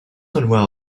unwell